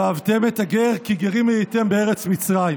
"ואהבתם את הגר כי גרים הייתם בארץ מצרים".